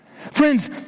Friends